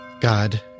God